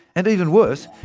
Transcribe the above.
and even worse,